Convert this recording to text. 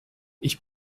ich